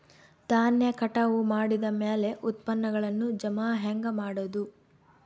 ಧಾನ್ಯ ಕಟಾವು ಮಾಡಿದ ಮ್ಯಾಲೆ ಉತ್ಪನ್ನಗಳನ್ನು ಜಮಾ ಹೆಂಗ ಮಾಡೋದು?